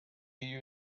you